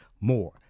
more